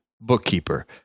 bookkeeper